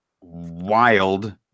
wild